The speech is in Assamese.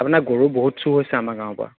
আপোনাৰ গৰু বহুত চুৰ হৈছে আমাৰ গাঁৱৰ পৰা